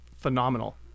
phenomenal